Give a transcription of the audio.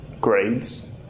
grades